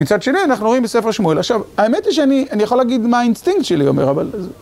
מצד שני אנחנו רואים בספר שמואל, עכשיו האמת היא שאני אני יכול להגיד מה האינסטינקט שלי אומר על זה אבל